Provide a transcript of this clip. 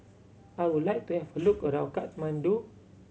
I would like to have a look around Kathmandu